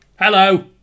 Hello